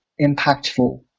impactful